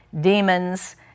demons